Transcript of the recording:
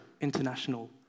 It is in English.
international